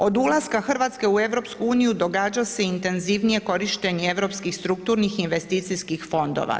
Od ulaska Hrvatske u EU događa se intenzivnije korištenje europskim strukturnih investicijskih fondova.